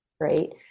right